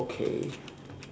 okay